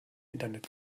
internet